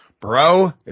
bro